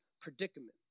predicament